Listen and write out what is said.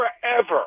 forever